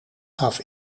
gaf